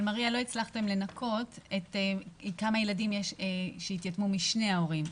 אבל לא הצלחתם לנקות כמה ילדים יש שהתייתמו משני ההורים.